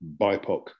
BIPOC